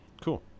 Cool